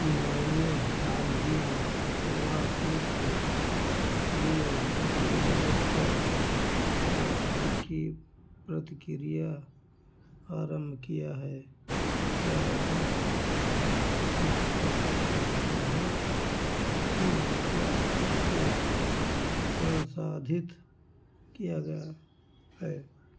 मैंने हाल ही में सलवार सूट के लिए ज़िवामे पर वापसी की प्रक्रिया आरंभ किया है क्या आप पुष्टि कर सकते हैं कि क्या इसे संशोधित किया गया है